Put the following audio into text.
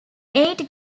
eight